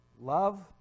Love